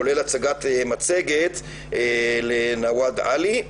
כולל הצגת מצגת לנוהאד עלי.